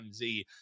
Mz